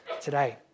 today